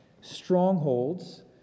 strongholds